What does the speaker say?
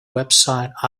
website